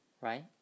right